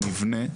נבנה,